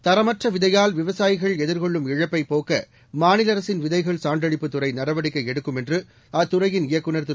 தரமற்ற விதையால் விவசாயிகள் எதிர்கொள்ளும் இழப்பை போக்க மாநில அரசின் விதைகள் சான்றளிப்பு துறை நடவடிக்கை எடுக்கும் என்று அத்துறையின் இயக்குநர் திரு